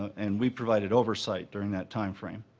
and we provided oversight during that time frame.